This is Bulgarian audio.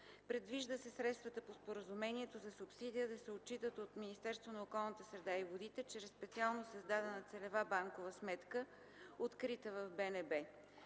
Предвижда се средствата по Споразумението за субсидия да се отчитат от Министерството на околната среда и водите чрез специално създадена целева банкова сметка, открита в БНБ.